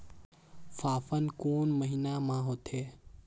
फाफण कोन महीना म होथे?